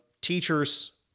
Teachers